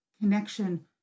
connection